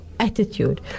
Attitude